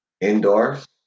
indoors